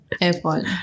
Airport